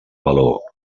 valor